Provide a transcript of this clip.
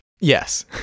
Yes